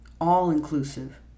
all-inclusive